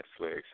Netflix